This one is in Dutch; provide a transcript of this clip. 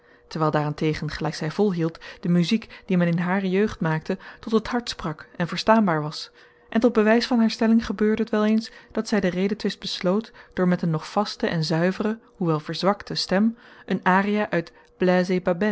terwijl daar-en-tegen gelijk zij volhield de muziek die men in hare jeugd maakte tot het hart sprak en verstaanbaar was en tot bewijs van haar stelling gebeurde het wel eens dat zij den redetwist besloot door met een nog vaste en zuivere hoewel verzwakte stem een aria uit